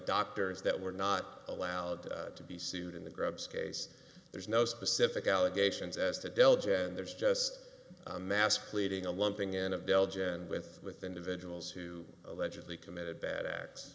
doctors that were not allowed to be sued in the grub's case there's no specific allegations as to delegate and there's just a mass pleading a lumping in a belgian with with individuals who allegedly committed bad acts